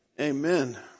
Amen